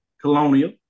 Colonial